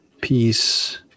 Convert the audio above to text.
peace